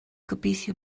gobeithio